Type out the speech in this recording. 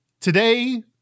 today